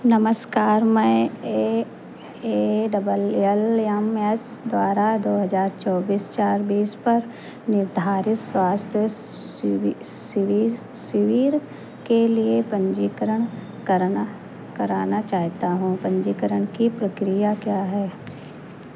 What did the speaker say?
नमस्कार मैं A A double L M S द्वारा दो हज़ार चौबीस चार बीस पर निर्धारित स्वास्थ्य शिवि शिविर शिविर के लिए पन्जीकरण करना कराना चाहता हूँ पन्जीकरण की प्रक्रिया क्या है